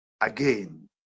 again